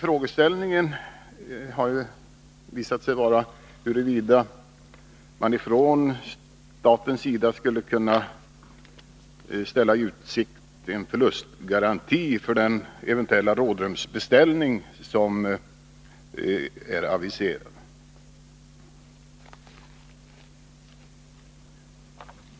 Frågeställningen har visat sig vara huruvida man från statens sida skulle kunna ställa i utsikt en förlustgaranti för den eventuella rådrurnsbeställning som är aviserad.